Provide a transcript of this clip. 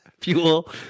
fuel